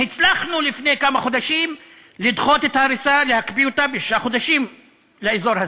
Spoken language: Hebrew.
הצלחנו לפני כמה חודשים לדחות את ההריסה באזור הזה,